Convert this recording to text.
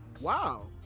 Wow